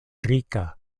rika